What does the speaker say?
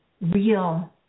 real